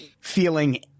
feeling